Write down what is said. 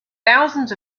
thousands